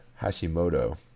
Hashimoto